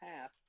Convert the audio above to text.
half